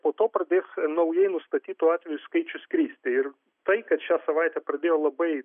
po to pradės naujai nustatytų atvejų skaičius kristi ir tai kad šią savaitę pradėjo labai